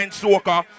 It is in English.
soccer